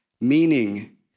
meaning